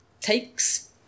takes